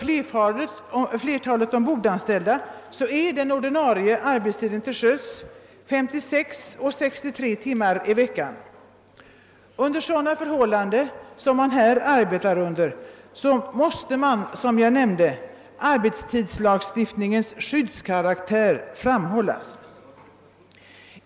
För flertalet ombordanställda är den ordinarie arbetstiden till sjöss 56 och 63 timmar i veckan. Under dessa förhållanden måste som sagt arbetstidslagens skyddskaraktär framhållas.